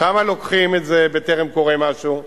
כמה לוקחים את זה בטרם קורה משהו?